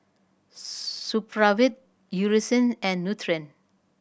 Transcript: Supravit Eucerin and Nutren